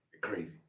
Crazy